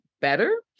better